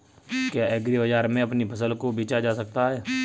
क्या एग्रीबाजार में अपनी फसल को बेचा जा सकता है?